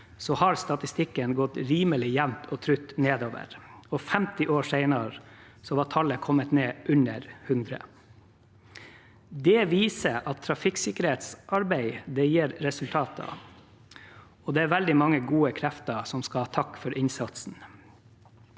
har statistikken gått rimelig jevnt og trutt nedover, og 50 år senere var tallet kommet ned i under 100. Det viser at trafikksikkerhetsarbeid gir resultater. Det er veldig mange gode krefter som skal ha takk for innsatsen.